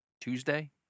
Tuesday